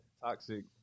toxic